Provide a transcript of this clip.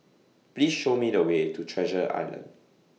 Please Show Me The Way to Treasure Island